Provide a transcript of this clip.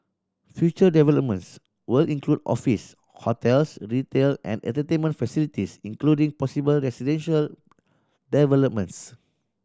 future developments will include office hotels retail and entertainment facilities including possible residential developments